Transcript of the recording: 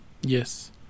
Yes